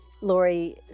Lori